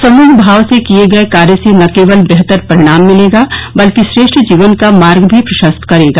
समूह भाव से किए गए कार्य से न केवल बेहतर परिणाम मिलेगा बल्कि श्रेष्ठ जीवन का मार्ग भी प्रशस्त करेगा